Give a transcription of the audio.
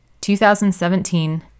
2017